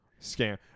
Scam